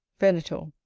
venator.